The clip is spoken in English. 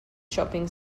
shopping